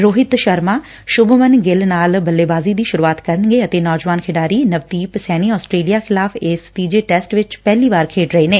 ਰੋਤਿਹ ਸ਼ਰਮਾ ਸੁਭਮਨ ਗਿੱਲ ਨਾਲ ਬੱਲੇਬਾਜ਼ੀ ਦੀ ਸੁਰੂਆਤ ਕਰਨਗੇ ਅਤੇ ਨੌਜਵਾਨ ਖਿਡਾਰੀ ਨਵਦੀਪ ਸੈਣੀ ਅਸਟ੍ਰੇਲੀਆ ਖਿਲਾਫ਼ ਇਸ ਤੀਜੇ ਟੈਸਟ ਵਿਚ ਪਹਿਲੀ ਵਾਰ ਖੇਡ ਰਹੇ ਨੇ